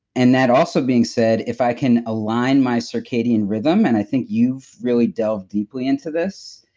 and that also being said, if i can align my circadian rhythm, and i think you've really delved deeply into this,